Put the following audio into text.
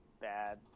bad